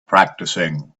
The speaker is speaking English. practicing